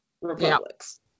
republics